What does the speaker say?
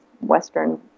Western